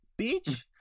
bitch